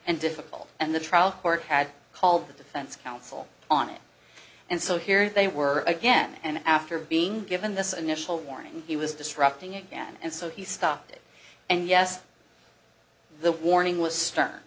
and difficult and the trial court had called the defense counsel on it and so here they were again and after being given this initial warning he was disrupting again and so he stopped it and yes the warning was stern